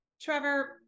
Trevor